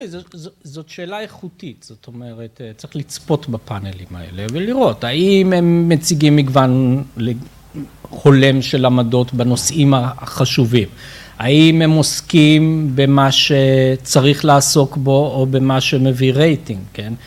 ‫זאת שאלה איכותית, זאת אומרת, ‫צריך לצפות בפאנלים האלה ולראות. ‫האם הם מציגים מגוון הולם של עמדות ‫בנושאים החשובים? ‫האם הם עוסקים במה שצריך לעסוק בו ‫או במה שמביא רייטינג, כן?